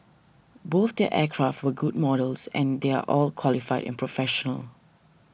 both their aircraft were good models and they're all qualified and professional